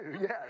yes